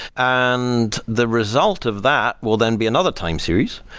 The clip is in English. and the result of that will then be another time series.